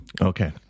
Okay